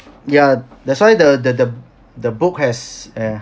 ya that's why the the the the book has uh